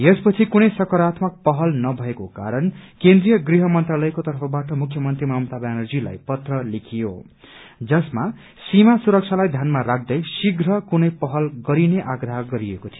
यस पछि कुनै सकारात्मक पहल नभएको कारण केन्द्रीय गृह मन्त्रालयको तर्फबाट मुख्यमन्त्री ममता व्यानर्जीलाई पत्र लेखियो जसमा सीमा सुरक्षालाई ध्यानमा राख्दै शीप्र कुनै पहल गरिने आप्रह गरिएको थियो